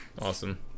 awesome